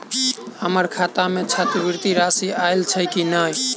हम्मर खाता मे छात्रवृति राशि आइल छैय की नै?